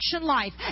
life